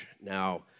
now